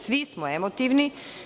Svi smo emotivni.